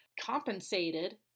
compensated